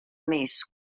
més